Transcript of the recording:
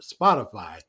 Spotify